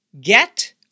get